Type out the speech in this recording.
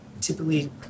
typically